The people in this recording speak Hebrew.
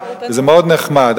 וזה מאוד נחמד,